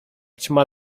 ćma